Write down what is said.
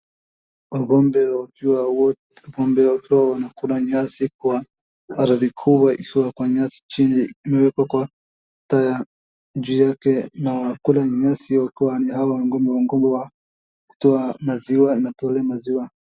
Ng'ombe wakiwa wote, ng'ombe wakiwa wanakula nyasi kwa ardhi kubwa, ikiwa kwa nyasi chini imewekwa kwa tyre juu yake na wanakula nyasi hio kwani hawa ni wakubwa wakubwa, toa maziwa, inatolewa maziwa.